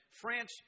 France